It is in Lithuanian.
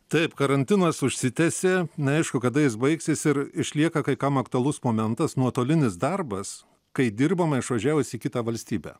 taip karantinas užsitęsė neaišku kada jis baigsis ir išlieka kai kam aktualus momentas nuotolinis darbas kai dirbama išvažiavus į kitą valstybę